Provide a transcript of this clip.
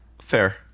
fair